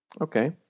okay